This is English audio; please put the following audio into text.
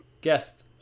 guest